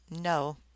no